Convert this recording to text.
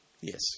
Yes